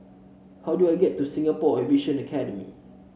how do I get to Singapore Aviation Academy